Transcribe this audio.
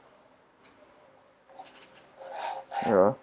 ya